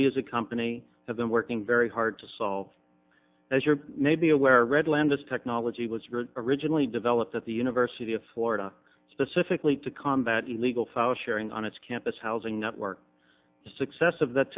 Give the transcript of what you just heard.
we as a company have been working very hard to solve as you're maybe aware redland this technology was originally developed at the university of florida specifically to combat illegal file sharing on its campus housing network the success